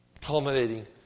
culminating